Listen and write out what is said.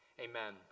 amen